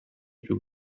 più